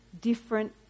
different